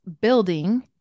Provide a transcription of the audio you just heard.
building